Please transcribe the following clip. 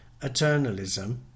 eternalism